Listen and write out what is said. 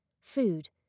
food